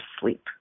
sleep